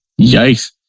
Yikes